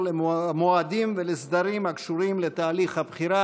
למועדים ולסדרים הקשורים לתהליך הבחירה.